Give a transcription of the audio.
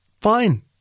fine